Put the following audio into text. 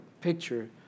picture